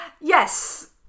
Yes